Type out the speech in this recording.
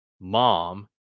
mom